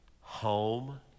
Home